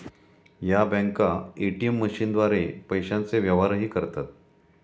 या बँका ए.टी.एम मशीनद्वारे पैशांचे व्यवहारही करतात